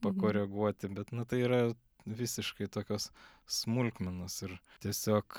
pakoreguoti bet na tai yra visiškai tokios smulkmenos ir tiesiog